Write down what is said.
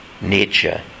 nature